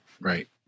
right